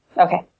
Okay